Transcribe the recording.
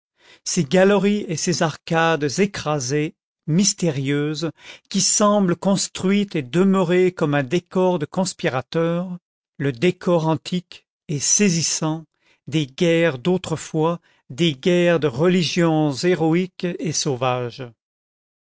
ces galeries et ces arcades écrasées mystérieuses qui semblent construites et demeurées comme un décor de conspirateurs le décor antique et saisissant des guerres d'autrefois des guerres de religion héroïques et sauvages